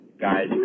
guys